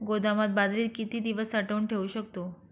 गोदामात बाजरी किती दिवस साठवून ठेवू शकतो?